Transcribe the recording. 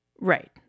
Right